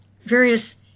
various